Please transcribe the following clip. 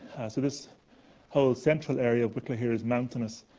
so this whole central area of wicklow here is mountainous,